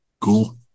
Cool